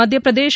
Madhya Pradesh